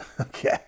Okay